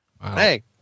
Hey